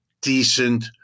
decent